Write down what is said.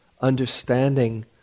understanding